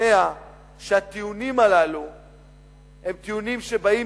להשתכנע שהטיעונים הללו הם טיעונים שבאים